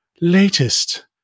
latest